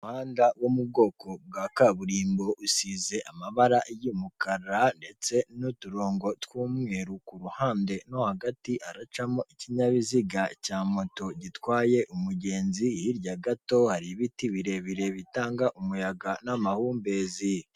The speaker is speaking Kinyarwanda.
Umuhanda wo mu bwoko bwa kaburimbo, usize amabara y'umukara ndetse n'uturongo tw'umweru ku ruhande, mo hagati haracamo ikinyabiziga cya moto gitwaye umugenzi, hirya gato hari ibiti birebire bitanga umuyaga n'amahumbezi.